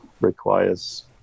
requires